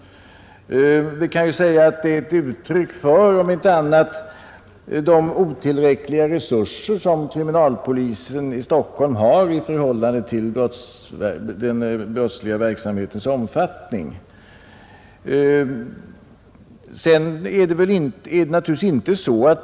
Vi kan ju säga att det om inte annat är ett uttryck för de otillräckliga resurser som kriminalpolisen i Stockholm har i förhållande till den brottsliga verksamhetens omfattning.